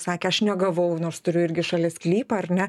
sakė aš negavau nors turiu irgi šalia sklypą ar ne